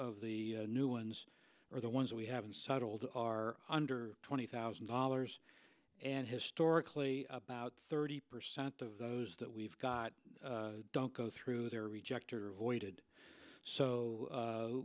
the new ones or the ones we haven't settled are under twenty thousand dollars and historically about thirty percent of those that we've got don't go through their rejector avoided so